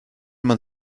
man